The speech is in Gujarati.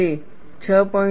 તે 6